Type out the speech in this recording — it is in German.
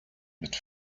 mit